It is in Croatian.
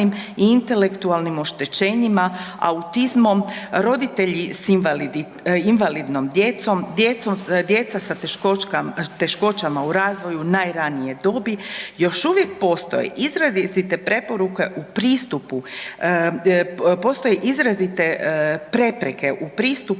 i intelektualnim oštećenjima, autizmom, roditelji s invalidnom djecom, djeca sa teškoćama u razvoju najranije dobi. Još uvijek postoje izrazite prepreke u pristupu informiranja, zatim u